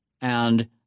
And